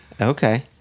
Okay